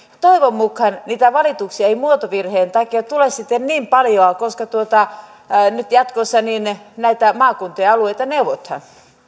toivon mukaan niitä valituksia ei muotovirheen takia tule sitten niin paljoa koska nyt jatkossa näitä maakuntia ja alueita neuvotaan